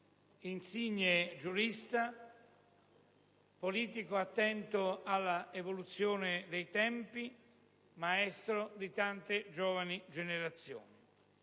insigne giurista, politico attento all'evoluzione dei tempi e maestro di tante giovani generazioni.